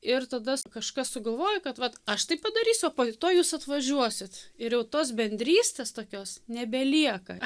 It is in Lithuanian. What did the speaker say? ir tada kažkas sugalvojo kad vat aš tai padarysiu o po to jūs atvažiuosit ir jau tos bendrystės tokios nebelieka